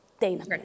Dana